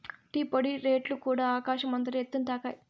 tea పొడి రేట్లుకూడ ఆకాశం అంతటి ఎత్తుని తాకాయి